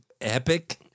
epic